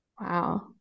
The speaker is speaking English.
Wow